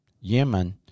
Yemen